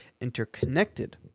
interconnected